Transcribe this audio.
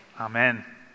Amen